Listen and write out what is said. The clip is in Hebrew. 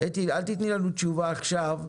אתי, אל תיתני לנו תשובה עכשיו,